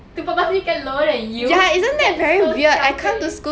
to purposely get lower than you that's so selfish